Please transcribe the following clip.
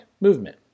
movement